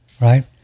right